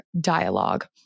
dialogue